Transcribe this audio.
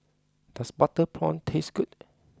does Butter Prawn taste good